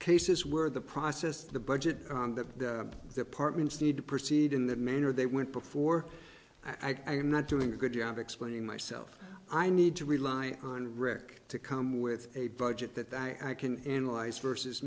cases where the process the budget that departments need to proceed in the manner they went before i am not doing a good job of explaining myself i need to rely on rick to come with a budget that i can analyze versus